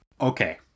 Okay